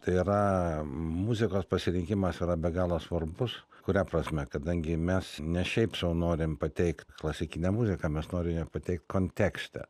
tai yra muzikos pasirinkimas yra be galo svarbus kuria prasme kadangi mes ne šiaip sau norim pateikt klasikinę muziką mes norim ją pateikt kontekste